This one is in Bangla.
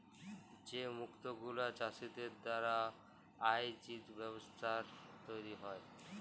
যে মুক্ত গুলা চাষীদের দ্বারা আয়জিত ব্যবস্থায় তৈরী হ্যয়